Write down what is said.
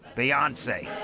beyonce.